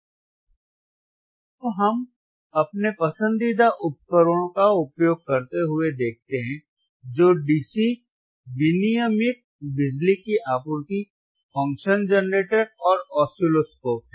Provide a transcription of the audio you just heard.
अब हम अपने पसंदीदा उपकरणों का उपयोग करते हुए देखते हैं जो डीसी विनियमित बिजली की आपूर्ति फ़ंक्शन जनरेटर और ऑसिलोस्कोप है